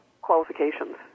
qualifications